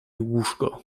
łóżko